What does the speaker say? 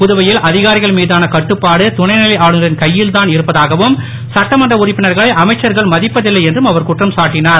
புதுவையில் அதிகாரிகள் மீதான கட்டுப்பாடு துணை நிலை ஆளுநரின் கையில் தான் இருப்பதாகவும் சட்டமன்ற உறுப்பினர்களை அமைச்சர்கள் மதிப்பதில்லை என்றும் அவர் குற்றம் சாட்டினார்